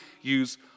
use